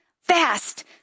fast